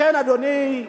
לכן, אדוני,